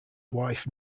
wife